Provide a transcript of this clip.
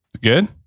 Good